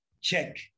Check